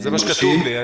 זה מה שכתוב לי.